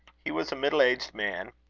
he was a middle-aged man,